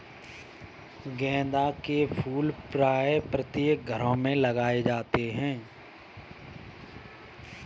गेंदा के फूल प्रायः प्रत्येक घरों में लगाए जाते हैं